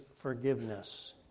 forgiveness